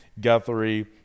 Guthrie